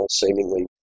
seemingly